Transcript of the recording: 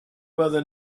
weather